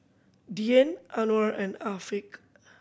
Dian Anuar and Afiq